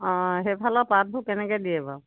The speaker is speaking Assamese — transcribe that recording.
অঁ সেইফালৰ পাতবোৰ কেনেকৈ দিয়ে বাৰু